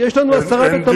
יש לי פה שתי השגות.